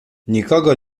nikogo